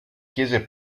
chiese